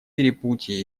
перепутье